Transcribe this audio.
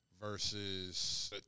versus